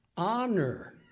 Honor